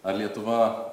ar lietuva